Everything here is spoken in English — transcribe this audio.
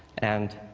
and